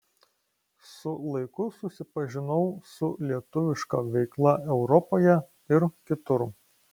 su laiku susipažinau su lietuviška veikla europoje ir kitur